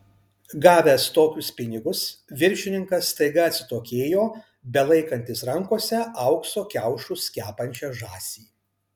gavęs tokius pinigus viršininkas staiga atsitokėjo belaikantis rankose aukso kiaušus kepančią žąsį